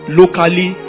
locally